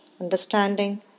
understanding